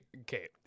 okay